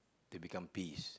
to become peace